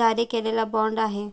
जारी केलेला बाँड आहे